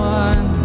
one